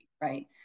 right